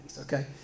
okay